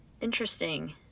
Interesting